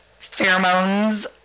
pheromones